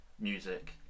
music